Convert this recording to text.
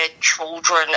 children